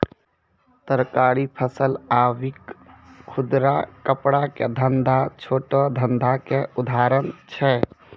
तरकारी, फल आकि खुदरा कपड़ा के धंधा छोटो धंधा के उदाहरण छै